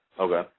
Okay